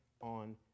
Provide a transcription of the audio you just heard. on